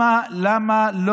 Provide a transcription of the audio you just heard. רק למתיישבים צריך ריסוס.